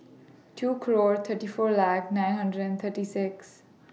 two Clock thirty four laugh nine hundred and thirty six